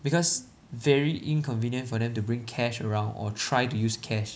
because very inconvenient for them to bring cash around or try to use cash